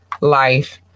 life